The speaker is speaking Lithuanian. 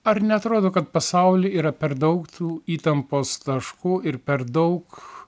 ar neatrodo kad pasauly yra per daug tų įtampos taškų ir per daug